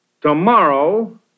Tomorrow